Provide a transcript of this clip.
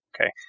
okay